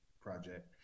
project